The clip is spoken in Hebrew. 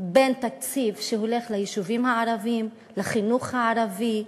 בין תקציב שהולך ליישובים הערביים, לחינוך הערבי,